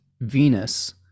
Venus